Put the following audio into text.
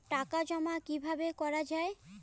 টাকা জমা কিভাবে করা য়ায়?